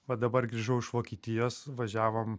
va dabar grįžau iš vokietijos važiavom